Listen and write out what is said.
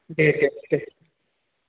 दे दे दे